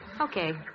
Okay